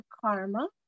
karma